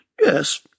Yes